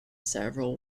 several